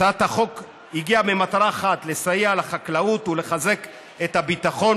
הצעת החוק הגיעה במטרה אחת: לסייע לחקלאות ולחזק את הביטחון